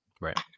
Right